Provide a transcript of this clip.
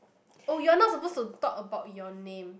oh you're not supposed to talk about your name